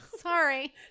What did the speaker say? Sorry